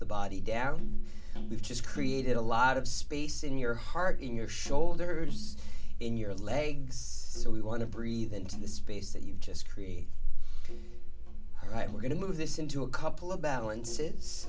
the body down and we've just created a lot of space in your heart in your shoulders in your legs so we want to breathe into the space that you just create right we're going to move this into a couple of balances